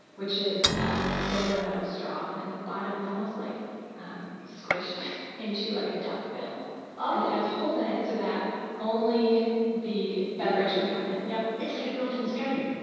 which is a silver, metal straw. and at the bottom it's almost like squished into like a duckbill. um it has holes in it so that only the beverage can come in yeah it's like a built-in strainer?